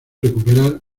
recuperar